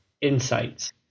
insights